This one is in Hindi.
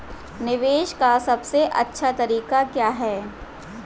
निवेश का सबसे अच्छा तरीका क्या है?